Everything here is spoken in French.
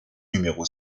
numéro